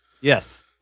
Yes